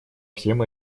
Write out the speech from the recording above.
всем